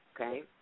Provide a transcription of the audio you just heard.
okay